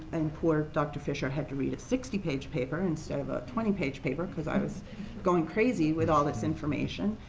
and poor dr. fisher had to read a sixty page paper, instead of a twenty page paper, because i was going crazy with all this information.